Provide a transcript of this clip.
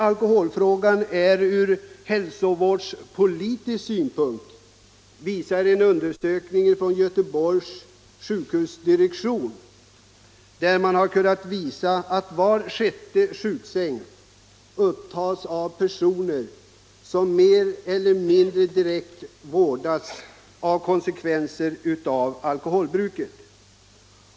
Allmänpolitisk debatt debatt vårdas för konsekvenser av alkoholbruk.